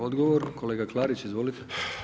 Odgovor, kolega Klarić, izvolite.